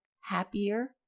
happier